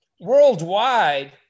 Worldwide